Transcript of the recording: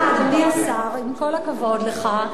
ואני מכירה, אדוני השר, עם כל הכבוד לך,